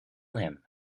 him